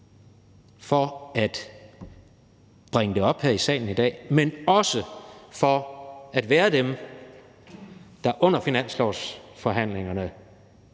for at bringe det op her i salen her i dag, men også for at være dem, der under finanslovsforhandlingerne